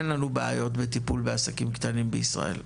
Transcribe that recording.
אין לנו בעיות בטיפול בעסקים קטנים בישראל".